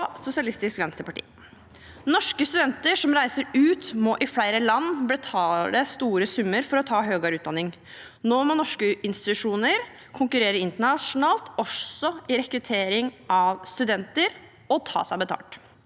Norske studenter som reiser ut, må i flere land betale store summer for å ta høyere utdanning. Nå må norske institusjoner konkurrere internasjonalt også i rekruttering av studenter og ta seg betalt.